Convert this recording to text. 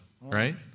right